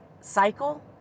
cycle